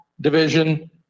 Division